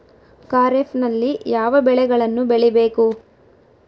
ಖಾರೇಫ್ ನಲ್ಲಿ ಯಾವ ಬೆಳೆಗಳನ್ನು ಬೆಳಿಬೇಕು?